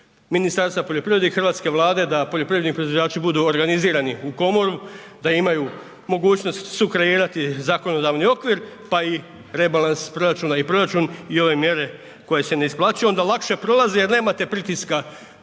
Ministarstva poljoprivrede i hrvatske Vlade da poljoprivredni proizvođači budu organizirani u komoru, da imaju mogućnost sukreirati zakonodavni okvir pa i rebalans proračuna i proračun i ove mjere koje se ne isplaćuju onda lakše prolaze jer nemate pritiska